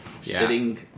Sitting